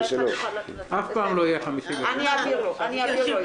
אלא אחד יוכל --- אף פעם לא יהיו 50. אני אעביר לו את זה.